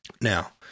Now